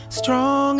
strong